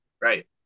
Right